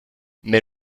mais